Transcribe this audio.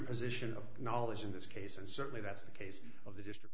position of knowledge in this case and certainly that's the case of the district